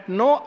no